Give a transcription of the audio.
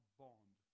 bond